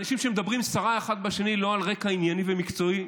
אנשים שמדברים סרה אחד בשני לא על רקע ענייני ומקצועי,